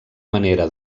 manera